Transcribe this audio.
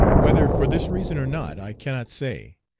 whether for this reason or not i cannot say,